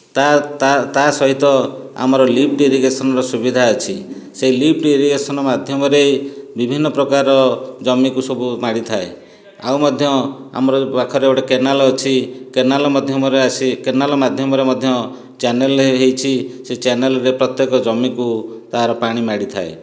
ତା ସହିତ ଆମର ଲିଫ୍ଟ ଇରିଗେସନର ସୁବିଧା ଅଛି ସେ ଲିଫ୍ଟ ଇରିଗେସନ ମାଧ୍ୟମରେ ବିଭିନ୍ନ ପ୍ରକାରର ଜମିକୁ ସବୁ ମାଡ଼ିଥାଏ ଆଉ ମଧ୍ୟ ଆମର ପାଖରେ ଗୋଟିଏ କେନାଲ ଅଛି କେନାଲ ମାଧ୍ୟମରେ ଆସି କେନାଲ ମାଧ୍ୟମରେ ମଧ୍ୟ ଚ୍ୟାନେଲ ହେଇଛି ସେ ଚ୍ୟାନେଲରେ ପ୍ରତ୍ୟେକ ଜମିକୁ ତାର ପାଣି ମାଡ଼ିଥାଏ